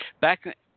Back